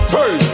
Hey